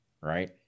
right